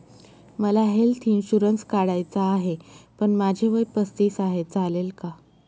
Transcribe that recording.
मला health insurance काढायचा आहे पण माझे वय पस्तीस आहे, चालेल का?